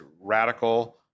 radical